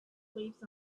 sleeps